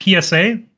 PSA